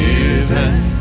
Given